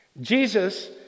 Jesus